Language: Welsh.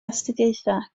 astudiaethau